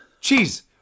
Cheese